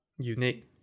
unique